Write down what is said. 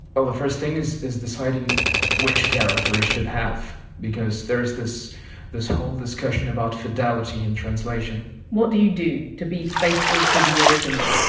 well the first thing is is deciding which character it should have, because there is this this whole discussion about fidelity in translation what do you do to be faithful to the original?